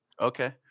Okay